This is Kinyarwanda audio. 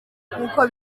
nk’uko